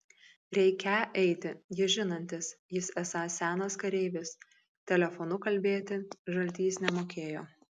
reikią eiti jis žinantis jis esąs senas kareivis telefonu kalbėti žaltys nemokėjo